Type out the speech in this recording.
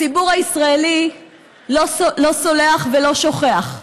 הציבור הישראלי לא סולח ולא שוכח.